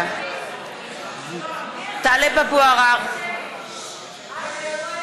(קוראת בשמות חברי הכנסת)